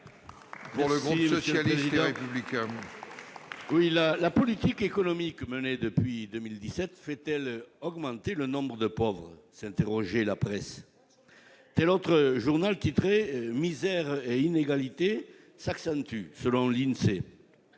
La politique économique menée depuis 2017 fait-elle augmenter le nombre de pauvres ?» s'est interrogée la presse. Tel autre journal a titré :« Misère et inégalités s'accentuent », selon l'Insee,